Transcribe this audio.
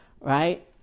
Right